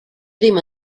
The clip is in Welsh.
ddim